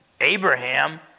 Abraham